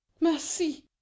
Merci